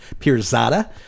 Pirzada